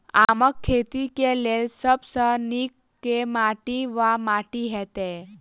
आमक खेती केँ लेल सब सऽ नीक केँ माटि वा माटि हेतै?